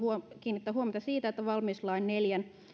kiinnittää huomiota siihen että valmiuslain neljännen pykälän